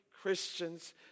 Christians